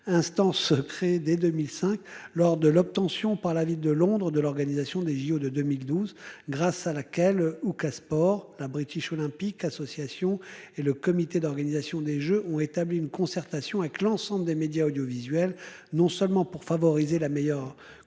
instance créée dès 2005 lors de l'obtention par la ville de Londres de l'organisation des JO de 2012, grâce à laquelle ou cas sport la British Olympic Association et le comité d'organisation des Jeux ont établi une concertation avec l'ensemble des médias audiovisuels, non seulement pour favoriser la meilleure couverture